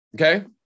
okay